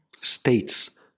states